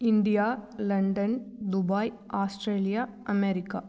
India London Dubai Australia America